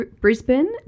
Brisbane